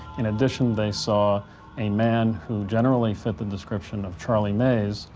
in addition, they saw a man who generally fit the description of charlie mays,